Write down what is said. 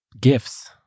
Gifts